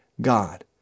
God